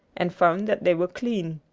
and found that they were clean.